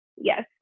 yes